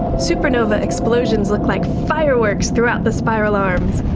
supernova explosions look like fireworks throughout the spiral arms.